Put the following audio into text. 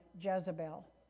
Jezebel